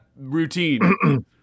routine